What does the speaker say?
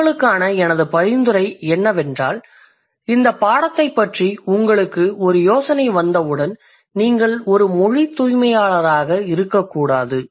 உங்களுக்கான எனது பரிந்துரை என்னவென்றால் இந்தப் பாடத்தைப் பற்றி உங்களுக்கு ஒரு யோசனை வந்தவுடன் நீங்கள் ஒரு மொழித் தூய்மையாளராக இருக்கக்கூடாது